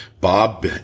Bob